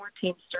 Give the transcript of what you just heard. Teamster